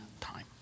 time